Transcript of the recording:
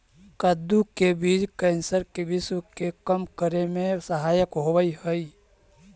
कद्दू के बीज कैंसर के विश्व के कम करे में सहायक होवऽ हइ